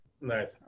nice